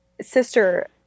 sister